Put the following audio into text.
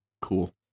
Cool